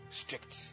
strict